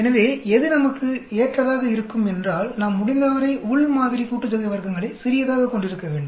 எனவே எது நமக்கு ஏற்றதாக இருக்கும் என்றால் நாம் முடிந்தவரை உள் மாதிரி கூட்டுத்தொகை வர்க்கங்களை சிறியதாக கொண்டிருக்க வேண்டும்